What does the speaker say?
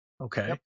Okay